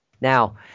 now